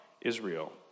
Israel